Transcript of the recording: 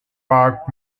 park